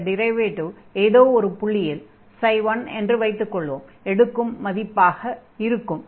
அந்த டிரைவேடிவ் ஏதோ ஒரு புள்ளியில் 1 என்று வைத்துக் கொள்வோம் எடுக்கும் மதிப்பாக இருக்கும்